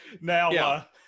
now